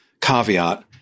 caveat